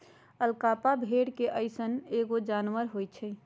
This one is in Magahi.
अलपाका भेड़ के जइसन एगो जानवर होई छई